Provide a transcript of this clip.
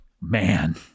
Man